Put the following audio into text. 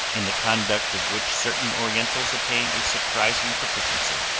in the conduct of which certain orientals attain a surprising proficiency,